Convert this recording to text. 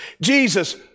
Jesus